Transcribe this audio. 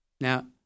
Now